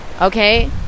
okay